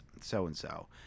so-and-so